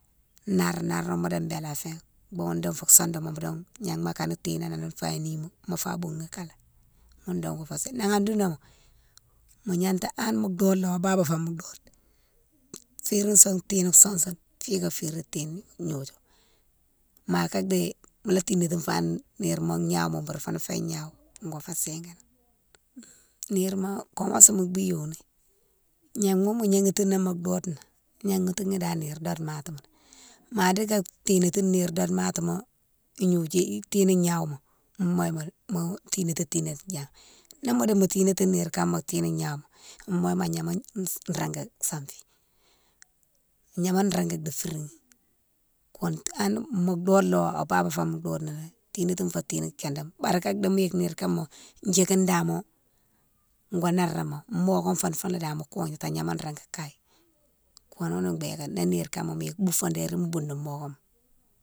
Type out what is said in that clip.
Nare naremo modi bé la fé, boughounne doung fou sodema doung gnama akne tinani fa nima mo fa boughoune kalé ghounne doung fé séne. Na an dounama mo gnata ha mo dode na lo, ababa fé mo dode féri son tiné sousoune fi ka férine tiné gnodiou, ma ka di mola tignatine fane nire ma gnawouma bourou foune fé gnawouma go fé singane. Nire ma koumasima bi yoni gnama mo gnéghatini mo dode na, gnaghatini dane mo dode matima ma dika tinétine nire domatima ignodiou tiné gnawouma moye ma doung, mo tinéti tinéti dane, ni modi mo tinétine nire kama tiné gnawouma, moye ma gnama régui sanfi, gnama régui di firighe ghounne té. Hanne mo dode lo ababfé mo dodena lé, tinétine fo tiné kindéma bari ka di mo yike nire kama djiké déma go naram, mokane foune founé dane mo kognati agnama régui kaye, ghounné bigué ni nire kama mo yike boufo déri mo bouni mokama.